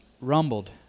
rumbled